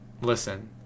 listen